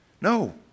No